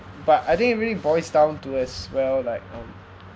but I think really boils down to us well like um